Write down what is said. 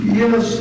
yes